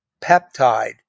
peptide